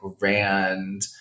grand